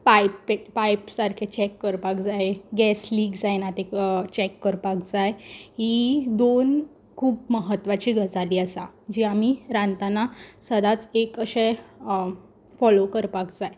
pipe pipe सारकें check करपाक जाय गॅस लीक जायना तें चॅक करपाक जाय हीं दोन खूब म्हत्वाच्यो गजाली आसा जी आमी रांदतना सदांच एक अशें फोलो करपाक जाय